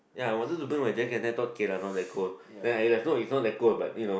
ya I wanted to bring my jacket then I thought okay lah not that cold then I know is not that cold but you know